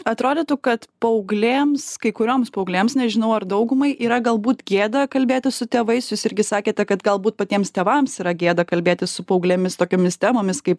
atrodytų kad paauglėms kai kurioms paauglėms nežinau ar daugumai yra galbūt gėda kalbėti su tėvais jūs irgi sakėte kad galbūt patiems tėvams yra gėda kalbėtis paauglėmis tokiomis temomis kaip